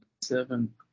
seven